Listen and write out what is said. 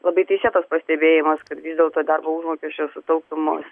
labai teisėtas pastebėjimas kad vis dėlto darbo užmokesčio sutaupymus